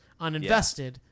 uninvested